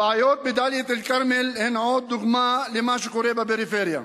הבעיות בדאלית-אל-כרמל הן עוד דוגמה למה שקורה בפריפריה.